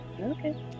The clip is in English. Okay